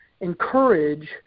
encourage